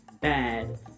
bad